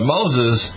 Moses